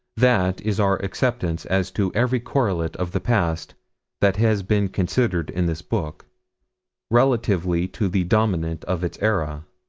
that is our acceptance as to every correlate of the past that has been considered in this book relatively to the dominant of its era.